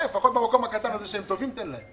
לפחות במקום הקטן הזה שבו הם טובים תן להם.